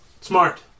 Smart